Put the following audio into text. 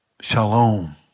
Shalom